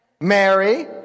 Mary